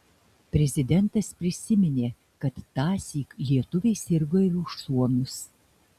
prezidentas prisiminė kad tąsyk lietuviai sirgo ir už suomius